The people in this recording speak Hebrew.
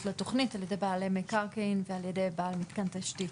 לתכנית על ידי בעלי מקרקעין ועל ידי בעל מתקן תשתית.